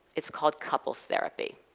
it is called couples therapy.